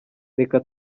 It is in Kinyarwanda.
reka